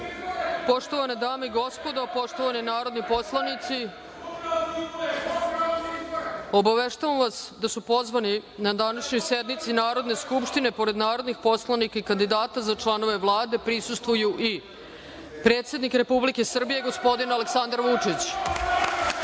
Poštovane dame i gospodo, poštovani narodni poslanici, obaveštavam vas da su pozvani da današnjoj sednici Narodne skupštine, pored narodnih poslanika i kandidata za članove Vlade, prisustvuju i: predsednik Republike Srbije gospodin Aleksandar Vučić,